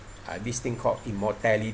this thing called immortality